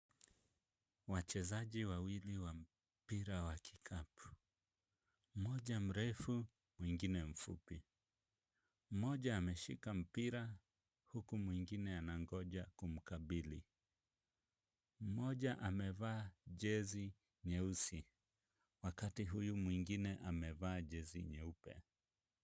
Wachezaji wawili wa mpira wa kikapu, mmoja mrefu, mwingine mfupi. Mmoja ameshika mpira huku mwingine anangoja kumkabili, mmoja amevaa jezi nyeusi, wakati huyu mwingine amevaa jezi nyeupe.